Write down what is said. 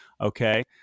Okay